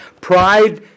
Pride